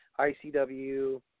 ICW